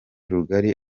rugari